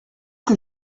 que